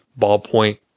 ballpoint